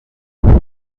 نور